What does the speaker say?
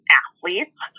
athletes